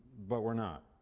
but we're not.